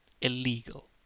Illegal